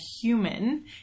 Human